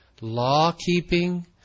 law-keeping